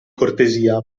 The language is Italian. cortesia